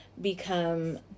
become